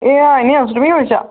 এয়া এনে আছো তুমি কি কৈছা